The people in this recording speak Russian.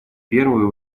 первую